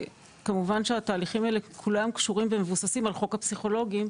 כמובן שכל התהליכים האלה קשורים ומבוססים על חוק הפסיכולוגים,